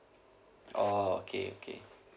oh okay okay